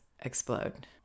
explode